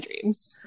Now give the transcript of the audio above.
dreams